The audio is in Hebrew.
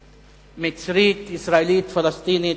מצרית-ישראלית-פלסטינית,